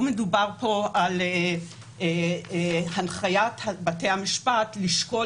לא מדובר פה על הנחיית בתי המשפט לשקול